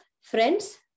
friends